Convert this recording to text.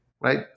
right